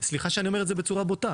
וסליחה שאני אומר את זה בצורה בוטה